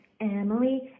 emily